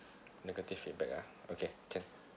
negative feedback ah okay can